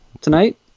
tonight